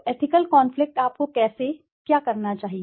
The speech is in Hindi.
तो एथिकल कॉनफ्लिक्ट आपको कैसे क्या करना चाहिए